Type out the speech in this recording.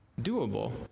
doable